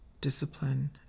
discipline